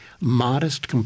modest